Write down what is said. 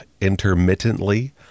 intermittently